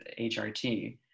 hrt